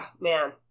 man